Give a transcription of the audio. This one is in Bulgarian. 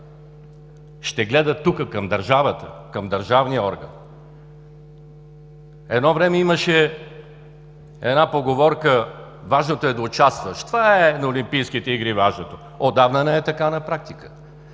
ще гледат тук към държавата, към държавния орган. Едно време имаше една поговорка: „Важното е да участваш“, това на олимпийските игри е важното. Отдавна не е така на практика.